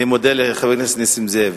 אני מודה לחבר הכנסת נסים זאב.